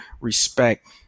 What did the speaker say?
respect